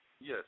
Yes